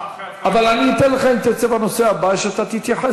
אבל אני אתן לך, אם תרצה, בנושא הבא, להתייחס.